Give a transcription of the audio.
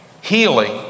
healing